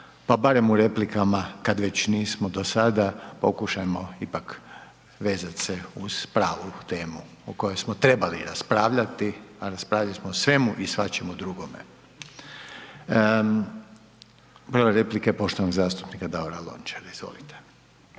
pa barem u replikama kad već nismo do sada pokušajmo ipak vezat se uz pravu temu o kojoj smo trebali raspravljati a raspravljali smo o svemu i svačemu drugome. Prva replika je poštovanog zastupnika Davora Lonačara. Izvolite.